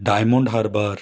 diamond harbour